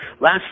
Last